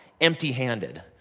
empty-handed